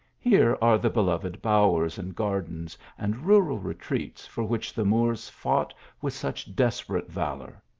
here are the beloved bowers and gardens, and rural retreats for which the moors fought with such desperate valour.